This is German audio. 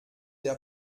der